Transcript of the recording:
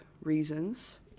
reasons